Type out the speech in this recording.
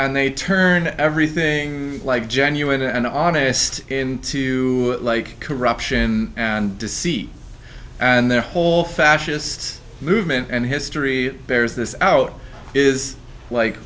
and they turn everything like genuine and honest and to like corruption and deceit and their whole fascist movement and history bears this out is like